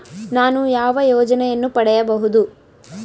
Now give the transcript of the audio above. ನಾನು ಯಾವ ಯೋಜನೆಯನ್ನು ಪಡೆಯಬಹುದು?